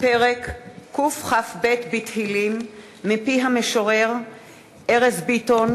פרק קכ"ב בתהילים מפי המשורר ארז ביטון,